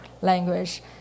language